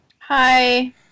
Hi